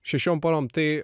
šešiom porom tai